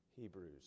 Hebrews